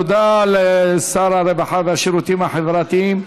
תודה לשר הרווחה והשירותים החברתיים,